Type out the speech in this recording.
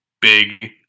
big